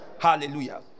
Hallelujah